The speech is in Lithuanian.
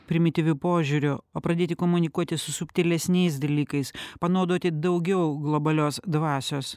primityviu požiūriu o pradėti komunikuoti su subtilesniais dalykais panaudoti daugiau globalios dvasios